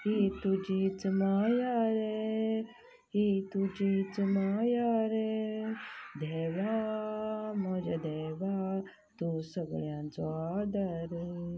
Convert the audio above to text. ही तुजीच माया रे ही तुजीच माया रे देवा म्हज्या देवा तूं सगळ्यांचो आदार रे